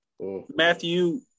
Matthew